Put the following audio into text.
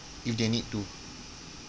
if they need to